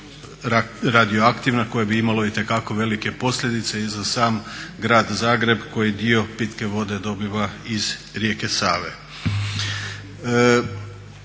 radioaktivno, koje bi imalo itekako velike posljedice i za sam grad Zagreb koji dio pitke vode dobiva iz rijeke Save.